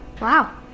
Wow